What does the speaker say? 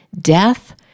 death